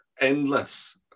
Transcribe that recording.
Endless